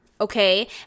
okay